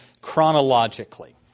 chronologically